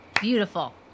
Beautiful